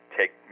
take